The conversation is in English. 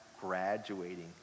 graduating